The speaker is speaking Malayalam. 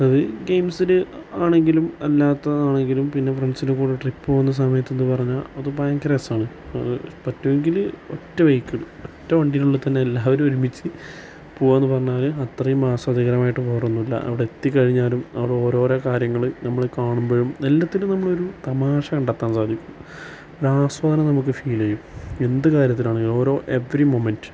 അത് ഗെയിംസിന് ആണെങ്കിലും അല്ലാത്തത് ആണെങ്കിലും പിന്നെ ഫ്രണ്ട്സിൻ്റെ കൂടെ ട്രിപ്പ് പോകുന്ന സമയത്തും എന്നുപറഞ്ഞാൽ അത് ഭയങ്കര രസമാണ് അത് പറ്റുവെങ്കിൽ ഒറ്റ വെഹിക്കിളിൽ ഒറ്റ വണ്ടികളിൽ തന്നെ എല്ലാവരും ഒരുമിച്ച് പോവാന്ന് പറഞ്ഞാൽ അത്രയും ആസ്വാദകരമായിട്ട് വേറൊന്നില്ല അവിടെ എത്തിക്കഴിഞ്ഞാലും അവിടെ ഓരോരോ കാര്യങ്ങൾ നമ്മൾ കാണുമ്പോഴും എല്ലാത്തിനും നമ്മളൊരു തമാശ കണ്ടെത്താൻ സാധിക്കും ഒരാസ്വാദനം നമുക്ക് ഫീൽ ചെയ്യും എന്ത് കാര്യത്തിനാണെങ്കിലും ഓരോ എവെരി മോമെന്റ്റ്